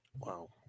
wow